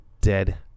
dead